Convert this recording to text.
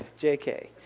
JK